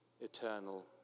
eternal